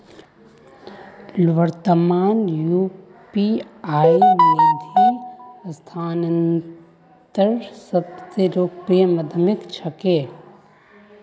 वर्त्तमानत यू.पी.आई निधि स्थानांतनेर सब स लोकप्रिय माध्यम छिके